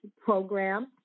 program